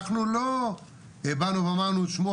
אנחנו לא באנו ואמרנו שמעו,